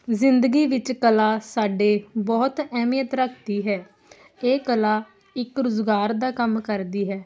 ਜ਼ਿੰਦਗੀ ਵਿੱਚ ਕਲਾ ਸਾਡੇ ਬਹੁਤ ਅਹਿਮੀਅਤ ਰੱਖਦੀ ਹੈ ਇਹ ਕਲਾ ਇੱਕ ਰੁਜ਼ਗਾਰ ਦਾ ਕੰਮ ਕਰਦੀ ਹੈ